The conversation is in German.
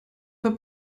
für